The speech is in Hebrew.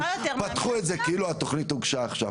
פתחו את זה כאילו התוכנית הוגשה עכשיו.